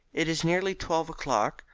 it is nearly twelve o'clock.